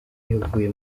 yavuye